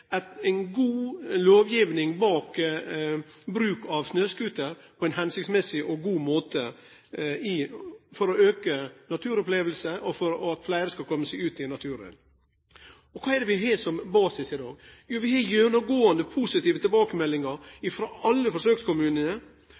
god lovgiving bak bruk av snøscooter på ein formålstenleg og god måte for å auke naturopplevingar og for at fleire skal komme seg ut i naturen. Kva er det vi har som basis her? Vi har gjennomgåande positive tilbakemeldingar frå alle forsøkskommunane,